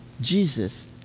Jesus